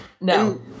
no